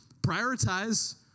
prioritize